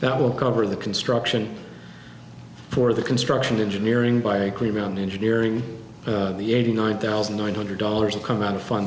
that will cover the construction for the construction engineering by a query on the engineering the eighty nine thousand one hundred dollars will come out of fun